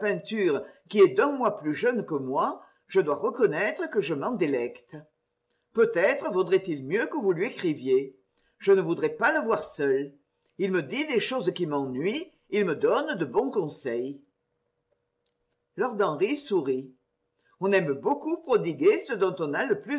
qui est d'un mois plus jeune que moi je dois reconnaître que je m'en délecte peut-être vaudrait-il mieux que vous lui écriviez je ne voudrais pas le voir seul il me dit des choses qui m'ennuient il me donne de bons conseils lord henry sourit on aime beaucoup prodiguer ce dont on a le plus